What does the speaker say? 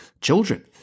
children